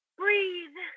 breathe